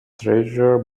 treasure